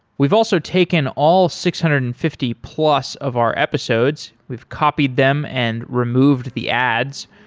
we've also taken all six hundred and fifty plus of our episodes. we've copied them and removed the ads,